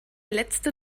letzte